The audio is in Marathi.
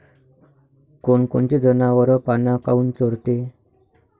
कोनकोनचे जनावरं पाना काऊन चोरते?